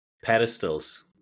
pedestals